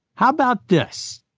how about this?